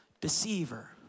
deceiver